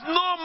no